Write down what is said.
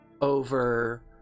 over